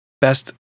best